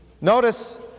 Notice